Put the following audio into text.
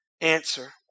answer